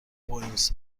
بوینس